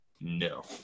no